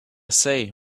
say